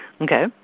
Okay